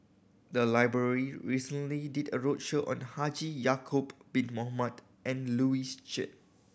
the library recently did a roadshow on Haji Ya'acob Bin Mohamed and Louis Chen